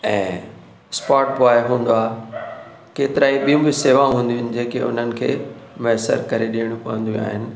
ऐं spot boy हूंदो आहे केतिरा ई ॿियूं बि सेवा हूंदियूं आहिनि जेके उन्हनि खे मुयसरु करे ॾियणियूं पवंदियूं आहिनि